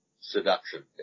seduction